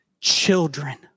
Children